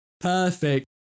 Perfect